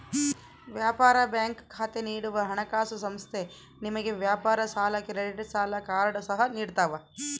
ವ್ಯಾಪಾರ ಬ್ಯಾಂಕ್ ಖಾತೆ ನೀಡುವ ಹಣಕಾಸುಸಂಸ್ಥೆ ನಿಮಗೆ ವ್ಯಾಪಾರ ಸಾಲ ಕ್ರೆಡಿಟ್ ಸಾಲ ಕಾರ್ಡ್ ಸಹ ನಿಡ್ತವ